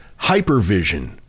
hypervision